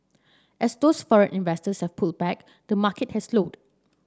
as those foreign investors have pulled back the market has slowed